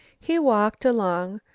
he walked along,